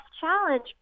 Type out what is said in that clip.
challenge